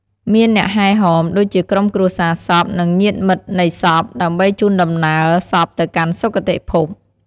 មានអ្នកហែហម ដូចជាក្រុមគ្រួសារសព និងញាតិមិត្តនៃសព ដើម្បីជូនដំណើរសពទៅកាន់សុគតិភព។